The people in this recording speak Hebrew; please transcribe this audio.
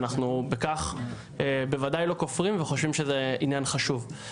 ואנחנו בכך בוודאי לא כופרים וחושבים שזה עניין חשוב.